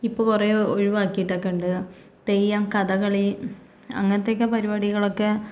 ഇപ്പോൾ കുറേ ഒഴിവാക്കിയിട്ടൊക്കെ ഉണ്ട് തെയ്യം കഥകളി അങ്ങനത്തെയൊക്കെ പരിപാടികളൊക്കെ